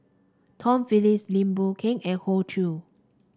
Tom Phillips Lim Boon Keng and Hoey Choo